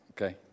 okay